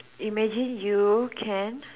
imagine you can